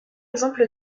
exemple